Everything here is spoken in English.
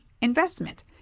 investment